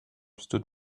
stood